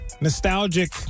nostalgic